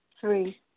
three